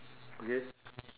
okay